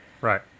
right